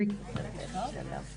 הישיבה ננעלה בשעה